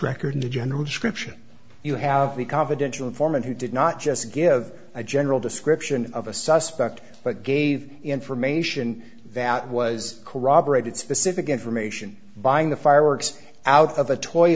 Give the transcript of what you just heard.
record in the general description you have a confidential informant who did not just give a general description of a suspect but gave information that was corroborated specific information buying the fireworks out of a toy